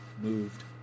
moved